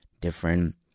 different